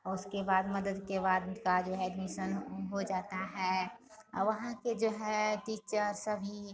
और उसके बाद मदद के बाद उनका जो है एडमिशन हो जाता है और वहाँ के जो हैं टीचर सभी